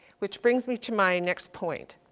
which brings me to my next point.